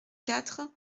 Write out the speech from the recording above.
quatre